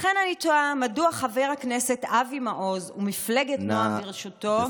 לכן אני תוהה מדוע חבר הכנסת אבי מעוז ומפלגת נעם בראשותו,